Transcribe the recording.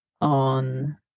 on